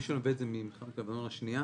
--- ממלחמת לבנון השנייה.